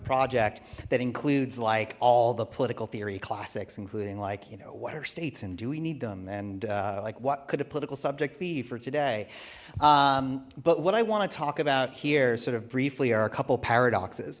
project that includes like all the political theory classics including like you know what are states and do we need them and like what could a political subject me for today but what i want to talk about here sort of briefly are a couple paradoxes